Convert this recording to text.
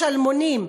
השלמונים.